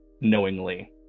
knowingly